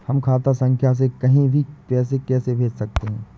हम खाता संख्या से कहीं भी पैसे कैसे भेज सकते हैं?